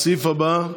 הסעיף הבא הוא